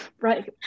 right